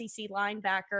linebacker